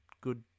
good